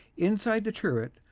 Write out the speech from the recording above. inside the tiii-ret,